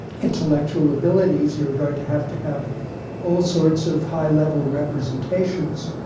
intellectual abilities, you're going to have to have all sorts of high level representations.